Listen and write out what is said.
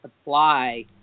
apply